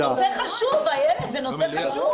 זה נושא חשוב איילת, זה נושא חשוב.